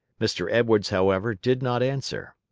mr. edwards, however, did not answer.